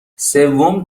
سوم